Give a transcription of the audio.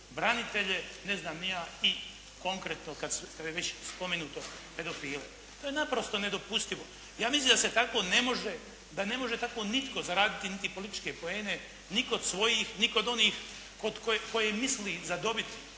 branitelje, ne zna ni ja i konkretno kada je već spomenuto pedofile. To je naprosto nedopustivo, ja mislim da se tako ne može, da ne može tako nitko zaraditi niti političke poene, ni kod svojih ni kod onih koje misli zadobiti,